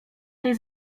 tej